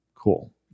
cool